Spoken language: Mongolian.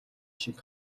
шиг